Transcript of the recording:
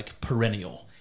perennial